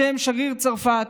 בשם שגריר צרפת,